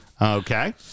okay